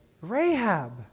Rahab